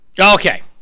Okay